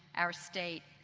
our state,